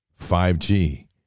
5G